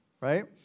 right